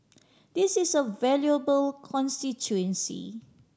this is a valuable constituency